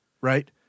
Right